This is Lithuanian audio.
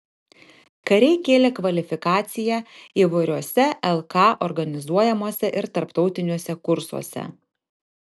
kariai kėlė kvalifikaciją įvairiuose lk organizuojamuose ir tarptautiniuose kursuose